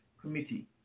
Committee